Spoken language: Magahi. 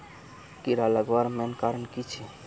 कीड़ा लगवार मेन कारण की छे?